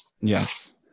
Yes